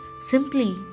Simply